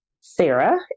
Sarah